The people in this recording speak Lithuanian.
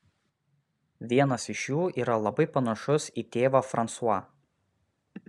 vienas iš jų yra labai panašus į tėvą fransuą